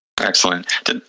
Excellent